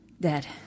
dead